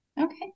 Okay